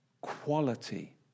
quality